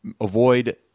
avoid